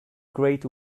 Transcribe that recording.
great